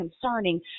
concerning